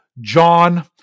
John